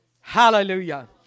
hallelujah